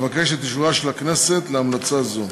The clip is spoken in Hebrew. אבקש את אישורה של הכנסת להמלצה זו.